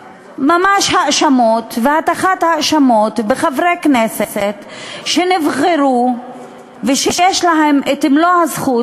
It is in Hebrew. להאשמות והטחת האשמות בחברי כנסת שנבחרו ושיש להם את מלוא הזכות